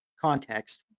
context